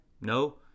No